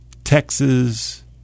Texas